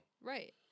Right